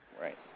Right